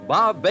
Bob